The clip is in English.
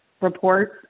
reports